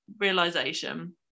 realization